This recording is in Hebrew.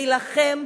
להילחם,